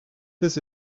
this